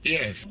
Yes